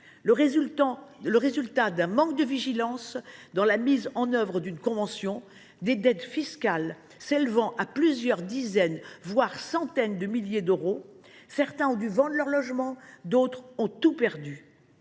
de 2015. Un manque de vigilance dans la mise en œuvre d’une convention peut emporter des dettes fiscales s’élevant à plusieurs dizaines, voire centaines de milliers d’euros. Certains ont dû vendre leur logement, d’autres ont tout perdu.